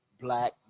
black